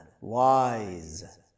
Wise